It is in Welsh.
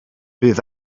bydd